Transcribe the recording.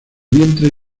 vientre